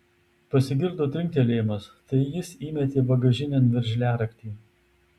pasigirdo trinktelėjimas tai jis įmetė bagažinėn veržliaraktį